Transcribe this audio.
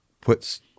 puts